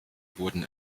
wurden